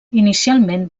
inicialment